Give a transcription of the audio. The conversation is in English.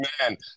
man